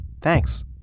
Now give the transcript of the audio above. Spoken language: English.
thanks